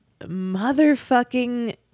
motherfucking